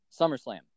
SummerSlam